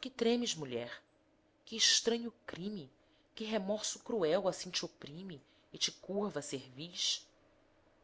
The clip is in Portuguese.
que tremes mulher que estranho crime que remorso cruel assim te oprime e te curva a cerviz